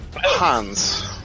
Hans